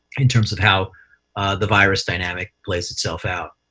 in terms of how the virus dynamic plays itself out.